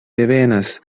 devenas